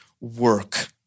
work